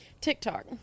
TikTok